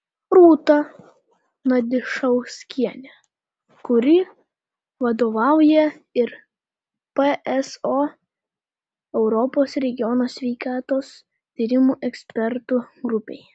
rūta nadišauskienė kuri vadovauja ir pso europos regiono sveikatos tyrimų ekspertų grupei